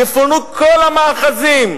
יפונו כל המאחזים.